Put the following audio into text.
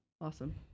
Awesome